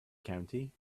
county